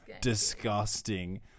disgusting